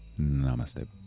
Namaste